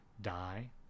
die